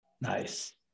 Nice